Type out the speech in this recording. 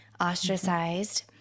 ostracized